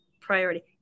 priority